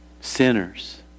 Sinners